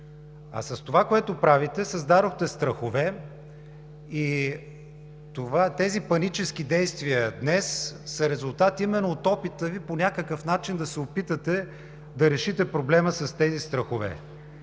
А с това, което правите, създадохте страхове и тези панически действия днес са резултат именно от опита Ви по някакъв начин да решите проблема с тези страхове.